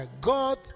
God